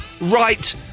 right